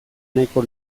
nahiko